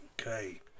Okay